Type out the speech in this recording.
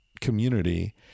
community